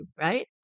right